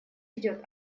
идет